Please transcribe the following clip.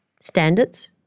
standards